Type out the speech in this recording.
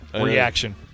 Reaction